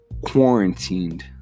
quarantined